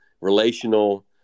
relational